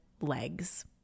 legs